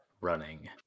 running